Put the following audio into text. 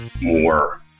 more